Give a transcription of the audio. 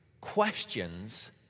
Questions